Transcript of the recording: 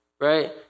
Right